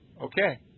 Okay